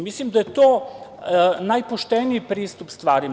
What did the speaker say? Mislim da je to najpošteniji pristup stvarima.